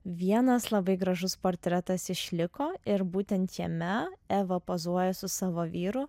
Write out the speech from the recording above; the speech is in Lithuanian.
vienas labai gražus portretas išliko ir būtent jame eva pozuoja su savo vyru